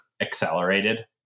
accelerated